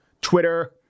Twitter